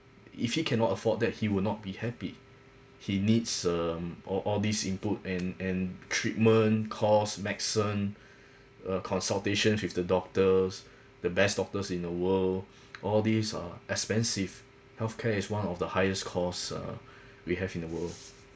if he cannot afford that he will not be happy he needs um all all these input and and treatment costs medicine uh consultations with the doctors the best doctors in the world all these are expensive healthcare is one of the highest cost uh we have in the world